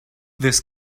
this